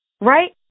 right